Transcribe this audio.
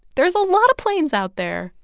there's a lot of planes out there,